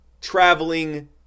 traveling